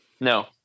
No